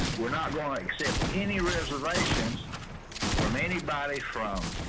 we're not going to accept any reservations from anybody from